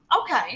Okay